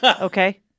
Okay